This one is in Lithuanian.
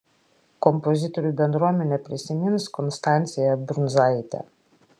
kompozitorių bendruomenė prisimins konstanciją brundzaitę